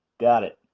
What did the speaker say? got it!